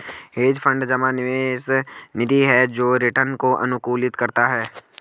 hedge fund जमा निवेश निधि है जो रिटर्न को अनुकूलित करता है